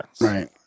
Right